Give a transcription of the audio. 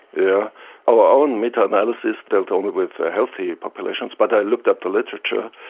yeah our own meta-analysis dealt only with ah healthy populations but i looked up the literature,